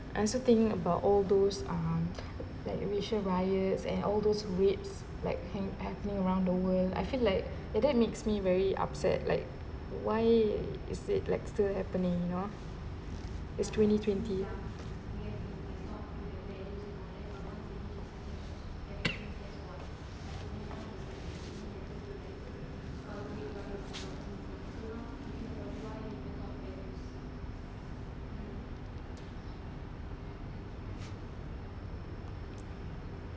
I also think about all those are like emission riots and all those rapes like hang around the world I feel like it that makes me very upset like why is it like still happening you know it's twenty twenty